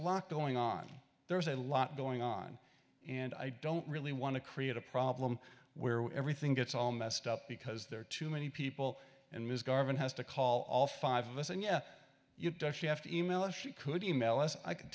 lot going on there's a lot going on and i don't really want to create a problem where everything gets all messed up because there are too many people and ms garvin has to call all five of us and yeah does she have to e mail us she could e mail us i can